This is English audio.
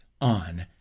on